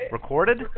Recorded